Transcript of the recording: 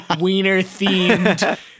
wiener-themed